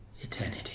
eternity